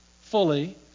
fully